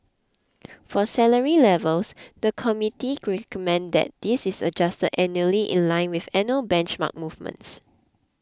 for salary levels the committee recommended that this is adjusted annually in line with annual benchmark movements